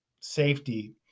safety